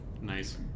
Nice